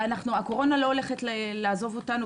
ואנחנו הקורונה לא הולכת לעזוב אותנו,